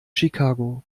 chicago